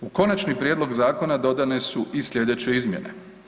U konačni prijedlog zakona dodane su i sljedeće izmjene.